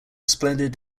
splendid